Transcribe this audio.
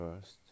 first